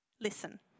listen